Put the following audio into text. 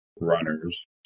runners